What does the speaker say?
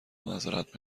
معذرت